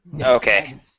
Okay